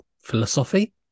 philosophy